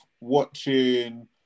watching